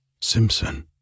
Simpson